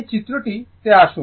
এই চিত্রটি তে আসুন